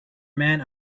man